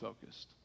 focused